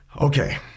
okay